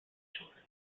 children